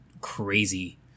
crazy